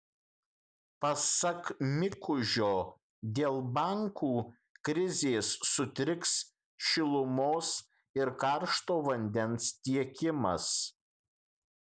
pasak mikužio dėl bankų krizės sutriks šilumos ir karšto vandens tiekimas